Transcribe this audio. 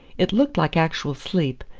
it looked like actual sleep,